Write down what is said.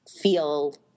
feel